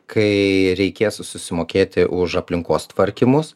kai reikės susimokėti už aplinkos tvarkymus